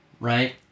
right